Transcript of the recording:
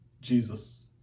Jesus